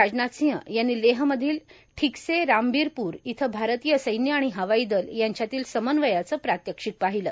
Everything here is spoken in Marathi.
राजनाथ सिंह यांनी लेहमधील ठिकसे रामबीरप्र येथे भारतीय सैन्य आणि हवाई दल यांच्यातील समन्वयाचे प्रात्यक्षिक पाहिले